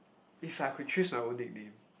if I could choose my own nickname